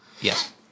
Yes